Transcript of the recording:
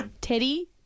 Teddy